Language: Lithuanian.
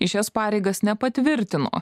į šias pareigas nepatvirtino